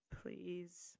Please